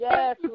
Yes